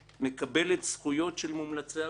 מקבלת זכויות של מומלצי אגודה.